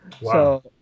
Wow